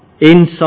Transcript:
Inside